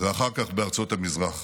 ואחר כך בארצות המזרח.